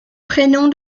prénom